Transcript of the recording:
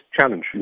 challenge